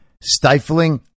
stifling